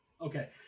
Okay